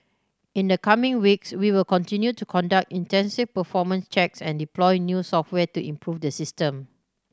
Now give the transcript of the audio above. in the coming weeks we will continue to conduct intensive performance checks and deploy new software to improve the system